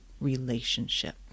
relationship